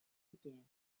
begin